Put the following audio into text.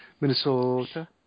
Minnesota